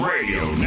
Radio